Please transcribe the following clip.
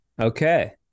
Okay